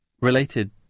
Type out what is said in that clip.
related